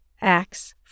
Acts